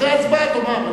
אחרי ההצבעה תאמר.